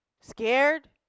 scared